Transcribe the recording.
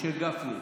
משה גפני,